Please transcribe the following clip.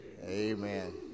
Amen